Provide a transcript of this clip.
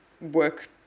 work